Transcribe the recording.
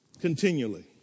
continually